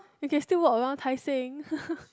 you can still walk around Tai Seng